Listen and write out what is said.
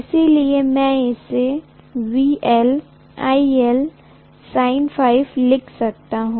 इसलिए मैं इसे VL IL sin ϕ लिख सकता हूं